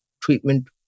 treatment